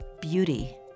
beauty